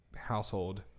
household